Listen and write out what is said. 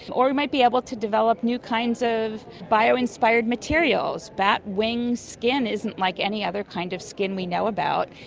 or we might be able to develop new kinds of bio-inspired materials. bat wing skin isn't like any other kind of skin we know about,